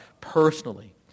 personally